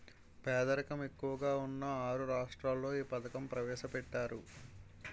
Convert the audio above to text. పేదరికం ఎక్కువగా ఉన్న ఆరు రాష్ట్రాల్లో ఈ పథకం ప్రవేశపెట్టారు